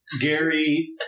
Gary